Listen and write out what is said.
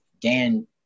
Dan